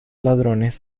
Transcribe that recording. ladrones